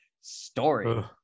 story